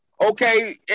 Okay